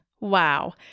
Wow